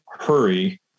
hurry